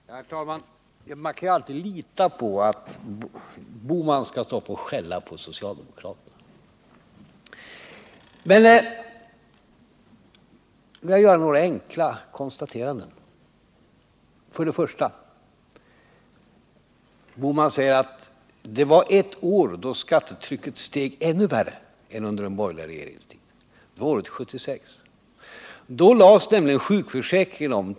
Herr talman! Man kan alltid lita på att Gösta Bohman skall stå upp och skälla på socialdemokraterna. Men får jag göra några enkla konstateranden. Det första är att Gösta Bohman säger att det var ett år då skattetrycket steg ännu värre än under den borgerliga regeringens tid. Det var året 1976. Då lades nämligen sjukförsäkringen om.